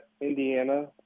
Indiana